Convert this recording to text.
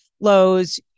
lows